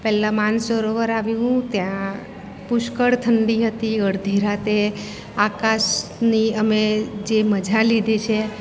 પહેલાં માનસરોવર આવ્યું ત્યાં પુષ્કળ ઠંડી હતી અડધી રાતે આકાશની અમે જે મજા લીધી છે